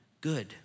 good